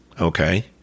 Okay